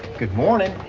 good morning.